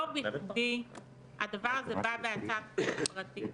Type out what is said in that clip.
לא בכדי הדבר הזה בא בהצעת חוק פרטית.